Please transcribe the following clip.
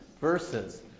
verses